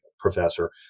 professor